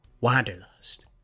Wanderlust